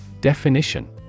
Definition